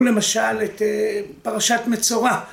למשל את פרשת מצורע